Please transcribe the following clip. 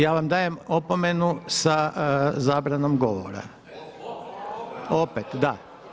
Ja vam dajem opomenu sa zabranom govora [[Upadica: Opet.]] Opet, da.